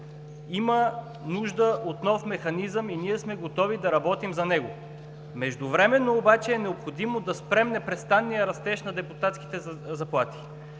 Има нужда от нов механизъм и ние сме готови да работим за него. Междувременно обаче е необходимо да спрем непрестанния растеж на депутатските заплати.